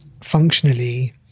functionally